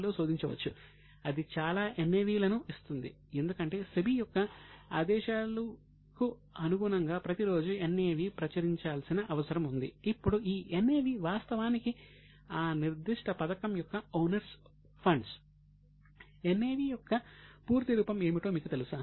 NAV యొక్క పూర్తి రూపం ఏమిటో మీకు తెలుసా